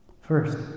First